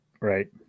Right